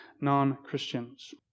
non-Christians